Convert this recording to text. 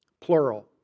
plural